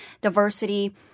Diversity